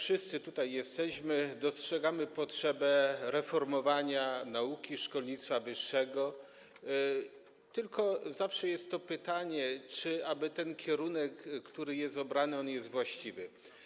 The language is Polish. Pewnie wszyscy, tak jak tutaj jesteśmy, dostrzegamy potrzebę reformowania nauki, szkolnictwa wyższego, tylko zawsze jest to pytanie, czy aby ten kierunek, który jest obrany, jest właściwy.